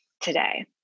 today